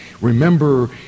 Remember